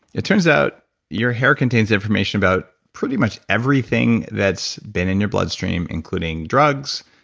it turns out your hair contains information about pretty much everything that's been in your bloodstream including drugs,